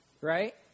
Right